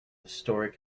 historic